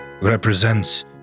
represents